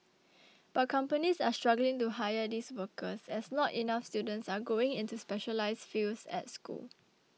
but companies are struggling to hire these workers as not enough students are going into specialised fields at school